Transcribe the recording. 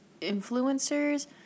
influencers